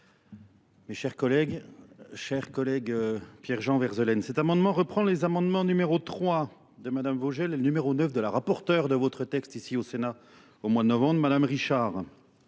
Mes chers collègues, chers collègues Pierre-Jean Verzelaine, cet amendement reprend les amendements n°3 de madame Vogel et n°9 de la rapporteur de votre texte ici au Sénat au mois de novembre, madame Richard.